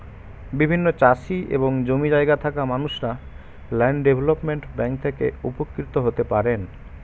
বিভিন্ন চাষি এবং জমি জায়গা থাকা মানুষরা ল্যান্ড ডেভেলপমেন্ট ব্যাংক দ্বারা উপকৃত হতে পারেন